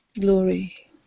Glory